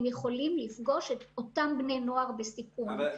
יכולות לפגוש את אותם בני נוער בסיכון.